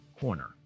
corner